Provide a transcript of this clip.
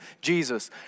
Jesus